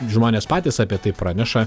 žmonės patys apie tai praneša